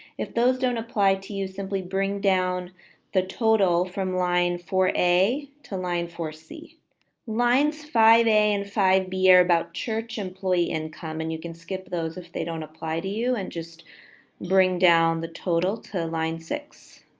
if those don't apply to you simply bring down the total from line four a to line four. lines five a and five b are about church employee income and you can skip those if they don't apply to you and just bring down the total to line six.